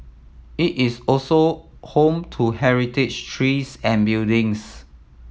it is also home to heritage trees and buildings